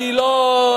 אני לא,